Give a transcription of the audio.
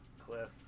Cliff